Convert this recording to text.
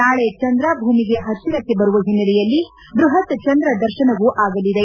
ನಾಳೆ ಚಂದ್ರ ಭೂಮಿಗೆ ಹತ್ತಿರಕ್ಕೆ ಬರುವ ಹಿನ್ನೆಲೆಯಲ್ಲಿ ಬ್ಬಹತ್ ಚಂದ್ರ ದರ್ಶನವೂ ಆಗಲಿದೆ